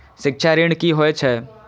शिक्षा ऋण की होय छै?